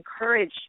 encourage